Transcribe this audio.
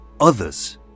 Others